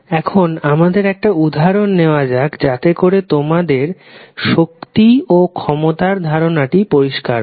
এখনআমাদের একটা উদাহরন নেওয়া যাক যাতে করে তোমাদের ক্ষমতা ও শক্তির ধারণা টি পরিষ্কার হয়